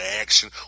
action